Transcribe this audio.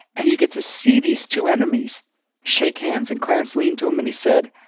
and you get to see these two enemies shake hands. and clarence leaned to him, and he said,